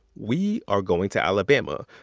we are going to alabama.